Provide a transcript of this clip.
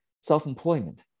self-employment